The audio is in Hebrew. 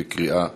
בקריאה ראשונה.